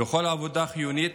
בכל עבודה חיונית